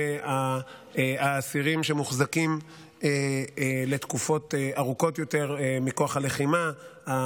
האסירים שמוחזקים לתקופות ארוכות יותר מכוח הלחימה,